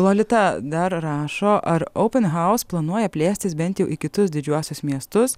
lolita dar rašo ar open house planuoja plėstis bent jau į kitus didžiuosius miestus